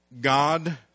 God